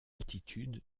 altitude